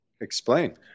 Explain